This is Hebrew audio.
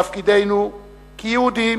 תפקידנו כיהודים